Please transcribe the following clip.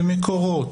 למקורות,